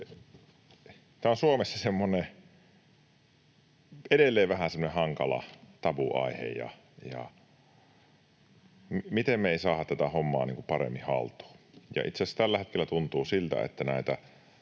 tämä on Suomessa edelleen vähän semmoinen hankala tabuaihe, ja miten me ei saada tätä hommaa paremmin haltuun. Itse asiassa tällä hetkellä tuntuu siltä,